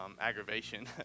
aggravation